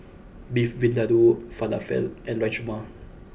Beef Vindaloo Falafel and Rajma